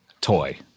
toy